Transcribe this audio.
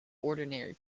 ordinary